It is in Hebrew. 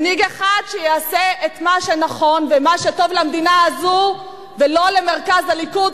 מנהיג אחד שיעשה את מה שנכון ומה שטוב למדינה הזו ולא למרכז הליכוד,